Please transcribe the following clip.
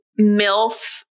milf